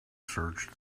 search